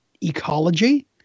ecology